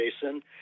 Jason